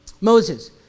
Moses